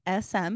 SM